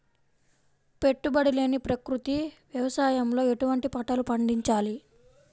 పెట్టుబడి లేని ప్రకృతి వ్యవసాయంలో ఎటువంటి పంటలు పండించాలి?